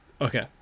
Okay